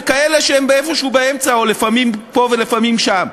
וכאלה שהם איפשהו באמצע או לפעמים פה ולפעמים שם.